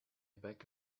beg